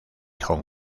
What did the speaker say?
hong